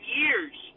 years